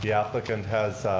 yeah applicant has,